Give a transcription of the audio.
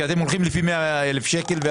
כי אתם הולכים לפי 100,000 שקל.